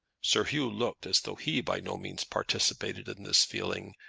sir hugh looked as though he by no means participated in this feeling,